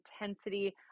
intensity